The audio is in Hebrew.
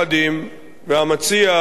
והמציע ביניהם,